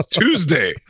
tuesday